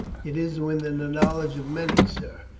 it is within the knowledge of many, sir.